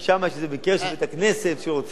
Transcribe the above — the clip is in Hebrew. כי שם יש איזה בית-כנסת שרוצים